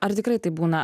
ar tikrai taip būna